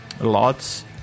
lots